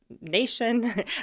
nation